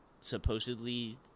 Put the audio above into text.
supposedly